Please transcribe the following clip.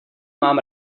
mám